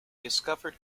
discovered